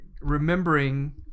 remembering